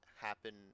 happen